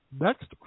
next